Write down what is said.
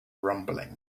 rumbling